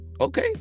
Okay